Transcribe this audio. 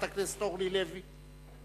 חברת הכנסת אורלי לוי,